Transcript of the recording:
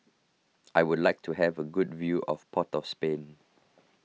I would like to have a good view of Port of Spain